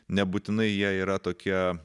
nebūtinai jie yra tokie